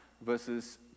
versus